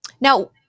now